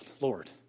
Lord